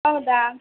ಹೌದಾ